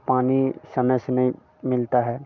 पानी समय से नहीं मिलता है